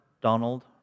Donald